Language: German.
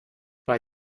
bei